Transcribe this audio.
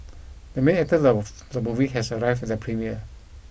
the main actor of the movie has arrived the premiere